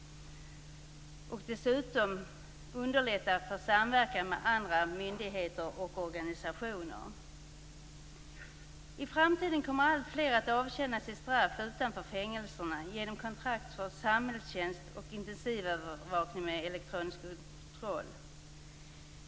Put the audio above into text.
Dessutom skall samverkan med andra myndigheter och organisationer underlättas. I framtiden kommer alltfler att avtjäna sitt straff utanför fängelserna genom kontrakts och samhällstjänst och intensivövervakning med elektronisk kontroll.